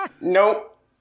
Nope